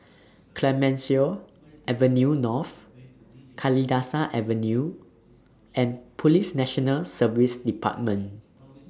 Clemenceau Avenue North Kalidasa Avenue and Police National Service department